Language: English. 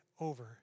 over